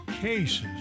cases